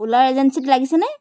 ওলা এজেঞ্চিত লাগিছেনে